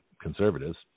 conservatives